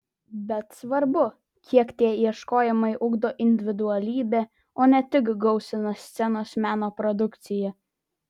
bet svarbu kiek tie ieškojimai ugdo individualybę o ne tik gausina scenos meno produkciją